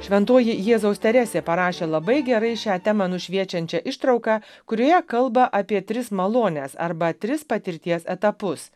šventoji jėzaus teresė parašė labai gerai šią temą nušviečiančią ištrauką kurioje kalba apie tris malones arba tris patirties etapus